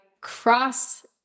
cross